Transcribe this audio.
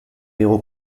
héros